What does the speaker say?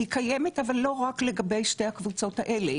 היא קיימת אבל לא רק לגבי שתי הקבוצות האלה.